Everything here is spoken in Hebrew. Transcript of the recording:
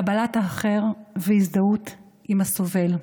קבלת האחר והזדהות עם הסובל.